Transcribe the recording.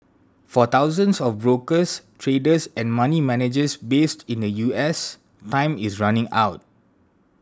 for thousands of brokers traders and money managers based in the US time is running out